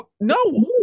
No